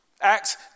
Acts